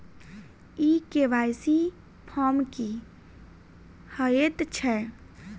ई KYC form की हएत छै?